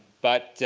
but